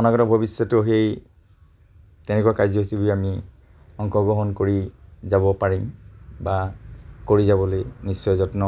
অনাগত ভৱিষ্যতেও সেই তেনেকুৱা কাৰ্যসূচীত আমি অংশগ্ৰহণ কৰি যাব পাৰিম বা কৰি যাবলৈ নিশ্চয় যত্ন